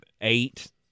eight